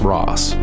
Ross